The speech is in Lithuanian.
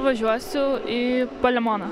važiuosiu į palemoną